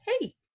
hey